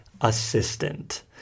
Assistant